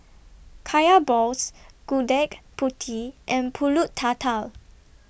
Kaya Balls Gudeg Putih and Pulut Tatal